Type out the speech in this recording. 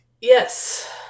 Yes